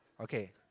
Okay